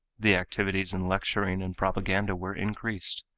the activities in lecturing and propaganda were increased,